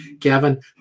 Kevin